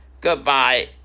goodbye